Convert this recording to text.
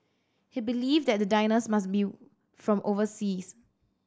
he believed that the diners must be from overseas